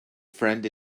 friend